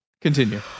Continue